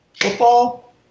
Football